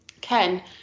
Ken